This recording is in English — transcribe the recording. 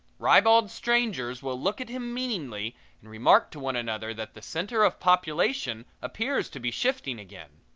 ribald strangers will look at him meaningly and remark to one another that the center of population appears to be shifting again.